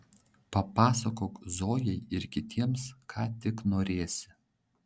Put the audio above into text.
papasakok zojai ir kitiems ką tik norėsi